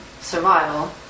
survival